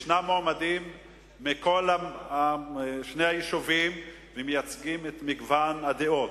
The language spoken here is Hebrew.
ויש מועמדים משני היישובים שמייצגים את מגוון הדעות,